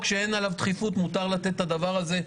שאין עליו דחיפות מותר לתת את הדבר הזה.